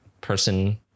Person